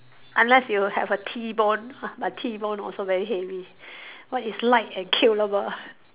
unless you have a T bone but T bone also very heavy what is light and killable